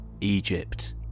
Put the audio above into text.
egypt